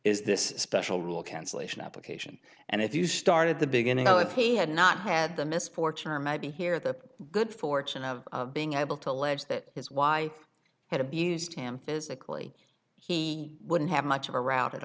is this special rule cancellation application and if you started the beginning of that he had not had the misfortune or maybe here the good fortune of being able to allege that his wife had abused him physically he wouldn't have much of a route at